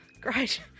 Great